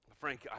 frank